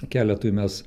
keletui mes